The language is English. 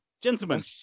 gentlemen